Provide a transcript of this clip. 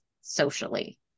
socially